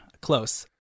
close